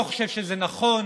לא חשוב שזה נכון,